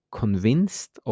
convinced